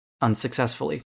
unsuccessfully